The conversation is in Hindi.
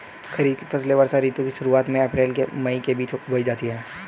खरीफ की फसलें वर्षा ऋतु की शुरुआत में अप्रैल से मई के बीच बोई जाती हैं